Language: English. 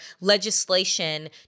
legislation